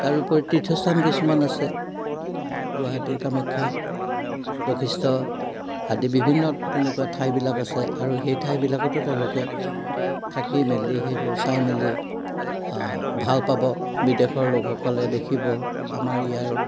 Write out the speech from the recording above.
তাৰোপৰি তীৰ্থস্থান কিছুমান আছে গুৱাহাটীৰ কামাখ্যা বশিষ্ট আদি বিভিন্ন তেনেকুৱা ঠাইবিলাক আছে আৰু সেই ঠাইবিলাকতো তেওঁলোকে থাকি মেলি সেইবোৰ চাই মেলি ভাল পাব বিদেশৰ লোকসকলে দেখিব আমাৰ ইয়াৰ